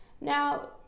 Now